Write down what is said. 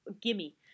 gimme